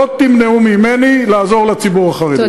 לא תמנעו ממני לעזור לציבור החרדי.